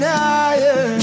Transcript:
higher